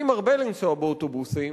אני מרבה לנסוע באוטובוסים,